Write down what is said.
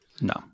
No